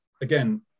again